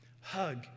Hug